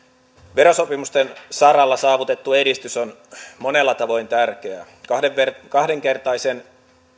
verosopimusten saralla saavutettu edistys on monella tavoin tärkeää kaksinkertaisen